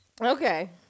Okay